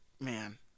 man